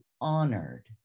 honored